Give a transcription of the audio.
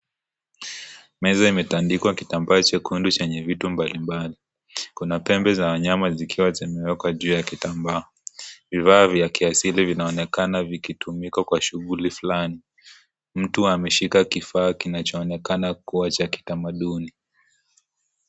Meza imetandikwa kitambaa jekundu chenye vitu mbalimbali. Kuna pembe za wanyama zikiwa zimewekwa juu ya kitambaa. Vifaa vya kiasili vinaonekana vikitumika kwa shughuli fulani. Mtu ameshika kifaa kinachoonekana kuwa cha kitamaduni.